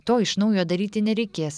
to iš naujo daryti nereikės